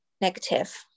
negative